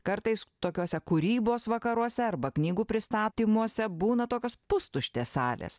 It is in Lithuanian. kartais tokiose kūrybos vakaruose arba knygų pristatymuose būna tokios pustuštės salės